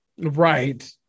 Right